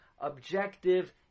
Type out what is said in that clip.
objective